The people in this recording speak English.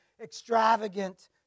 extravagant